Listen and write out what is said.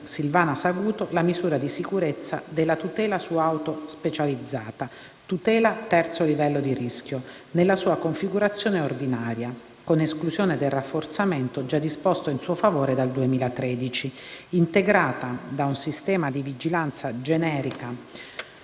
Silvana Saguto la misura di sicurezza della «tutela su auto specializzata» (tutela III livello di rischio), nella sua configurazione ordinaria, con esclusione del rafforzamento già disposto in suo favore dal 2013, integrata da un sistema di vigilanza generica